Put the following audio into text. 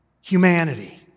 Humanity